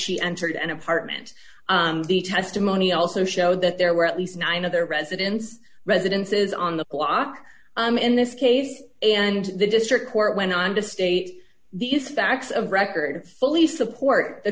she entered an apartment the testimony also showed that there were at least nine of their residence residences on the block in this case and the district court went on to state these facts of record fully support the